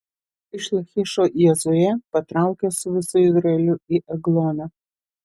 iš lachišo jozuė patraukė su visu izraeliu į egloną